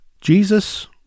Jesus